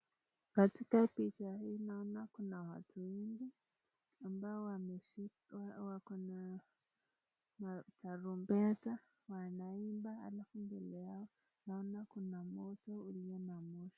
Katika picha hii naona kuna watu wengi ambao wameshika wako na tarumbeta wanaimba alafu mbele yao naona kuna moto ulio na moshi.